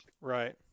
Right